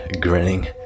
grinning